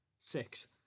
Six